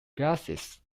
glasses